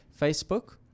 Facebook